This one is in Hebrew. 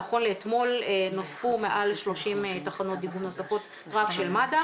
נכון לאתמול נוספו מעל 30 תחנות דיגום נוספות רק של מד"א,